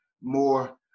more